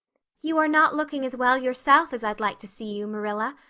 you are not looking as well yourself as i'd like to see you, marilla.